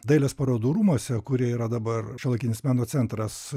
dailės parodų rūmuose kurie yra dabar šiuolaikinis meno centras